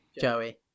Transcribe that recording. Joey